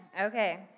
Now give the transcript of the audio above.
Okay